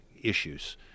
issues